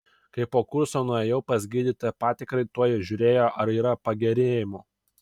kai po kurso nuėjau pas gydytoją patikrai tuoj žiūrėjo ar yra pagerėjimų